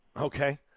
okay